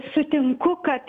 sutinku kad